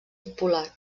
popular